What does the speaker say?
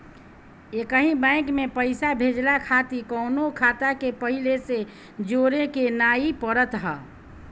एकही बैंक में पईसा भेजला खातिर कवनो खाता के पहिले से जोड़े के नाइ पड़त हअ